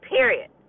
Period